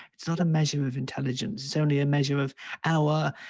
it's not a measure of intelligence is only a measure of our,